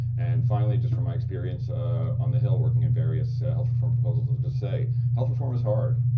and finally, just from my experience on the hill working in various health reform proposals, i'll just say health reform is hard.